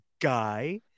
guy